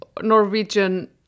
Norwegian